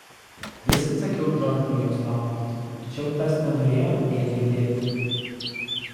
visad sakiau džordžui jo saugotis tačiau tas nenorėjo nė girdėti